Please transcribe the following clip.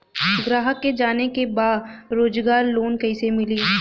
ग्राहक के जाने के बा रोजगार लोन कईसे मिली?